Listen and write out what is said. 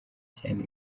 cyane